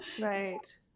Right